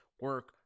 Work